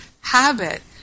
habit